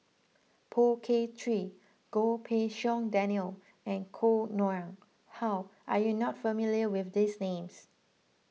Poh Kay Swee Goh Pei Siong Daniel and Koh Nguang How are you not familiar with these names